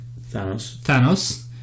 Thanos